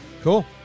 Cool